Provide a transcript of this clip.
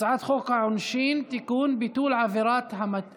הצעת חוק למניעת העסקה